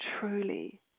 truly